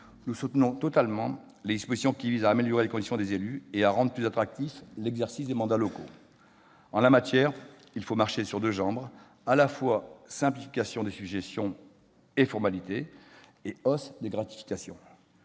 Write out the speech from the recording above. nous soutenons totalement les dispositions qui visent à améliorer la condition des élus et à rendre plus attractif l'exercice des mandats locaux. En la matière, il faut marcher sur deux jambes : à la fois simplification des sujétions et des formalités, et hausse des gratifications.